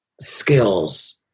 skills